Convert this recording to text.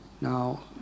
Now